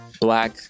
black